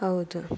ಹೌದು